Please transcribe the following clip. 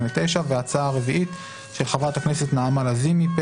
וההצעה הרביעית של חברת הכנסת נעמה לזימי,